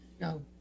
no